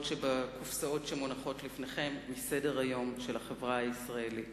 שבקופסאות שמונחות לפניכם מסדר-היום של החברה הישראלית.